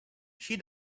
she